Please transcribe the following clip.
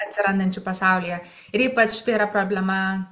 atsirandančių pasaulyje ir ypač tai yra problema